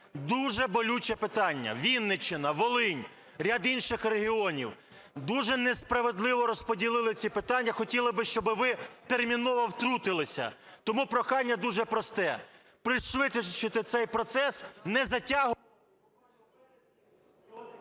Дуже болюче питання. Вінниччина, Волинь, ряд інших регіонів, дуже несправедливо розподілили ці питання, хотіли би, щоби ви терміново втрутилися. Тому прохання дуже просте. Пришвидшити цей процес, не затягувати…